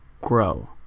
grow